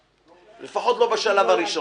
לפחות לא בשלב הראשון.